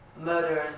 murders